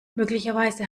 möglicherweise